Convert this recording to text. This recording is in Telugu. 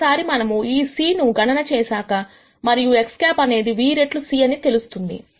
ఒకసారి మనము ఈ c ను గణన చేశాక మనకు X̂ అనేది v రెట్లు c అని తెలుస్తుంది